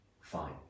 fine